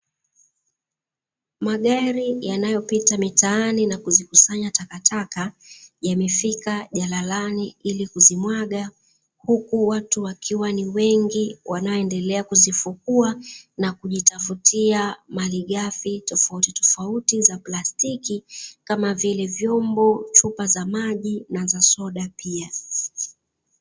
Magari yanayopita mitaani na kuzikusanya takataka yamefika jalalani ili kuzimwaga, huku watu wakiwa ni wengi wanaoendelea kuzifukua na kujitafutia malighafi tofautitofauti za plastiki kama vile vyombo, chupa za maji na za soda pia.